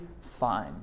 fine